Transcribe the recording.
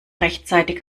rechtzeitig